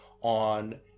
on